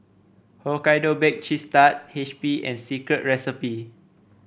Hokkaido Baked Cheese Tart H P and Secret Recipe